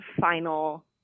final